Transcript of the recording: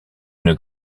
une